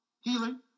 Healing